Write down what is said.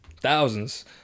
thousands